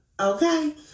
okay